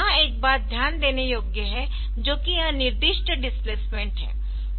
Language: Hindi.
यहां एक बात ध्यान देने योग्य है जो कि यह निर्दिष्ट डिस्प्लेसमेंट है